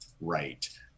right